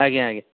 ଆଜ୍ଞା ଆଜ୍ଞା